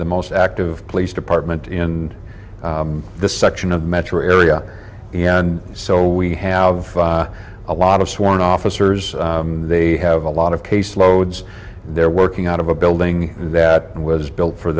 the most active police department in the section of metro area and so we have a lot of sworn officers they have a lot of case loads they're working out of a building that was built for